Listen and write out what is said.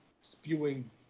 spewing